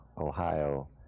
ohio